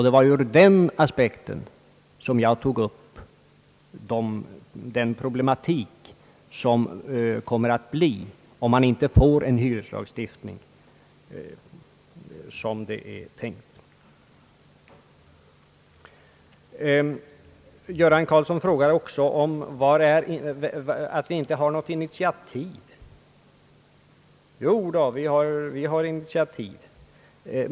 Det var ur den aspekten jag tog upp den problematik som kommer att uppstå, om man inte får en tillfredsställande hyreslagstiftning. Herr Göran Karlsson påstår också att vi inte har tagit något initiativ. Jo, det har vi visst!